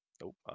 Nope